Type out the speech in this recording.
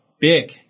big